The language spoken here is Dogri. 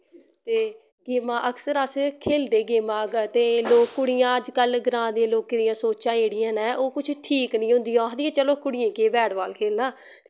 ते गेमां अक्सर अस खेलदे गेमां ते लो कुड़ियां अजकल्ल ग्रांऽ दे लोकें दियां सोचां जेह्ड़ियां नै ओह् कुछ ठीक निं होंदियां ओह् आखदे कि चलो कुड़ियें केह् बैट बाल खेलना